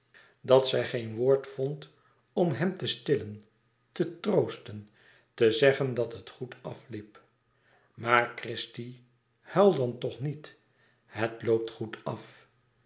dat zij geen woord vond om hem te stillen te troosten te zeggen dat het goed afliep maar christie huil dan toch niet het loopt goed af